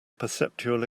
perceptual